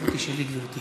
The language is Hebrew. הסמכות היא שלי, גברתי.